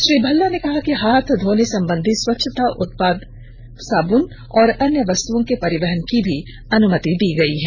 श्री भल्ला ने कहा कि हाथ धोने संबंधी स्वच्छता उत्पाद साबून और अन्य वस्तुओं के परिवहन की भी अनुमति दी गई है